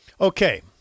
Okay